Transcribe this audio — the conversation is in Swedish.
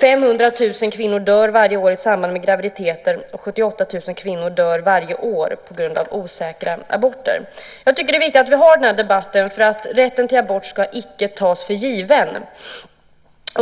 500 000 kvinnor dör varje år i samband med graviditeter, och 78 000 kvinnor dör varje år på grund av osäkra aborter. Jag tycker att det är viktigt att vi har den här debatten, för rätten till abort ska inte tas för given.